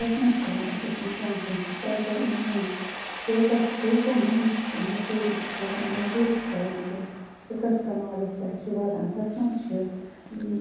تتھ مَنٛز چھِ ہاوان أکِس اِنسان سٕنٛز سٹرگل اِنسان کوٗتاہ کۭژاہ محنت تہٕ مزدوٗری چھِ کَران موٚزورۍ چھ کَران تہٕ سُہ کتھ کَمالَس پیٚٹھ چھُ واتان تتھ مَنٛز چھ